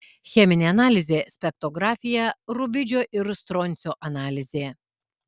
cheminė analizė spektrografija rubidžio ir stroncio analizė